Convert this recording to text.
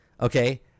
okay